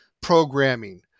programming